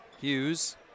Hughes